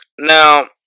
Now